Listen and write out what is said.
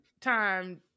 time